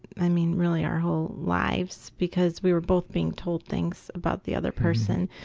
i mean, really, our whole lives because we were both being told things about the other person,